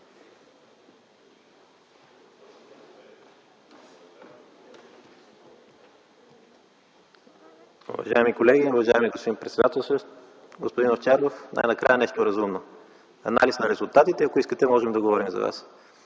Уважаеми колеги, уважаеми господин председател! Господин Овчаров, най-накрая нещо разумно – анализ на резултатите. Ако искате можем да говорим с Вас.